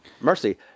mercy